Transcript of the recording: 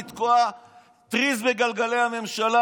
לתקוע טריז בגלגלי הממשלה,